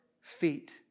feet